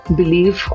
belief